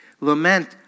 Lament